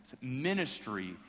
ministry